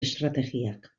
estrategiak